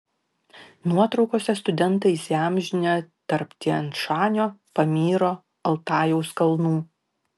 nuotraukose studentai įsiamžinę tarp tian šanio pamyro altajaus kalnų